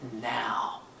now